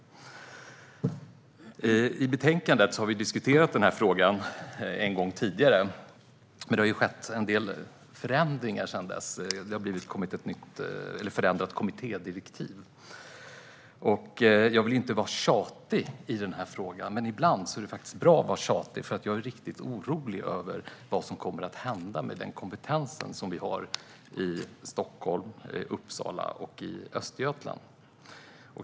Vi har diskuterat frågan tidigare i ett betänkande. Men det har skett en del förändringar sedan dess. Det har kommit ett förändrat kommittédirektiv. Jag vill inte vara tjatig i frågan, men ibland är det bra att vara tjatig. Jag är riktigt orolig över vad som kommer att hända med den kompetens som finns i Stockholm, Uppsala och Östergötland.